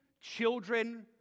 children